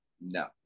No